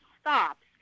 stops